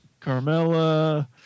Carmella